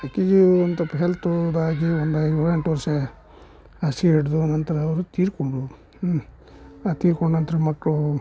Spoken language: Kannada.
ಆಕಿಗೆ ಒಂದು ಸ್ವಲ್ಪ ಹೆಲ್ತು ಇದಾಗಿ ಒಂದು ಏಳು ಎಂಟು ವರ್ಷ ಹಾಸಿಗೆ ಹಿಡ್ದು ಆನಂತರ ಅವರು ತೀರಿಕೊಂಡ್ರು ತೀರ್ಕೊಂಡ ನಂತರ ಮಕ್ಕಳು